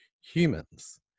humans